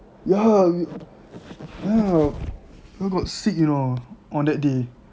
ya you ya I got sick you know on that day